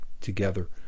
together